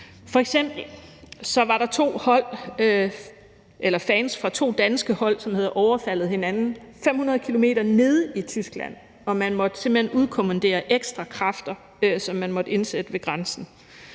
var der fans for to danske hold, som havde overfaldet hinanden 500 km nede i Tyskland, og man måtte simpelt hen udkommandere ekstra kræfter, som man måtte indsætte ved grænsen.